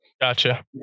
Gotcha